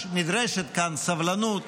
שנדרשת כאן סבלנות,